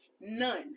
None